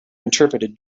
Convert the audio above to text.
interpreted